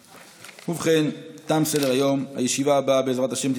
בנושא: ביקורת על מערכות הרווחה בקשר שבין הורים לילדיהם.